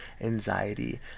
anxiety